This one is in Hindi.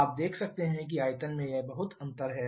आप देख सकते हैं कि आयतन में यह बहुत अंतर है